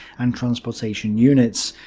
and transportation units.